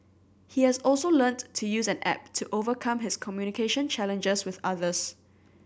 he has also learnt to use an app to overcome his communication challenges with others